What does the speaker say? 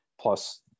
plus